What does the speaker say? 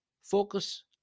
Focus